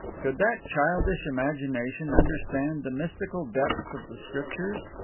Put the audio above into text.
could that childish imagination understand the mystical depths of the scriptures?